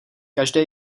každé